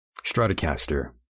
Stratocaster